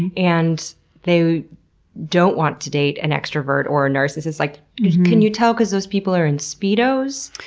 and they don't want to date an extrovert or a narcissist, like can you tell? cause those people are in speedos?